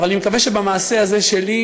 אבל אני מקווה שהמעשה הזה שלי